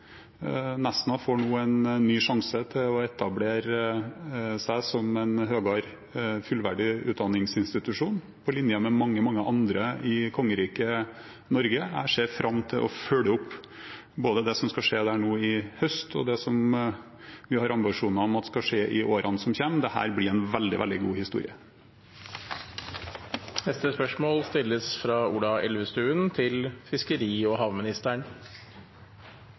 får nå en ny sjanse til å etablere seg som en fullverdig høyere utdanningsinstitusjon på linje med mange, mange andre i kongeriket Norge. Jeg ser fram til å følge opp både det som skal skje der nå i høst, og det vi har ambisjoner om at skal skje i årene som kommer. Dette blir en veldig, veldig god historie. Mitt spørsmål går til fiskeri- og havministeren: